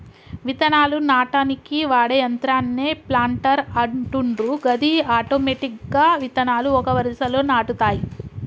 విత్తనాలు నాటనీకి వాడే యంత్రాన్నే ప్లాంటర్ అంటుండ్రు గది ఆటోమెటిక్గా విత్తనాలు ఒక వరుసలో నాటుతాయి